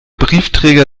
briefträger